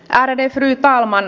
ärade fru talman